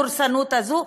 אנחנו נגד הדורסנות הזאת,